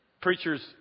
preachers